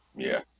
yeah